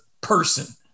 person